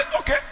okay